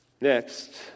Next